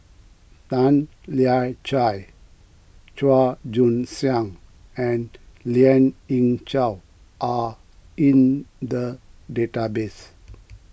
Tan Lian Chye Chua Joon Siang and Lien Ying Chow are in the database